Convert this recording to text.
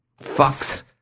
fuck's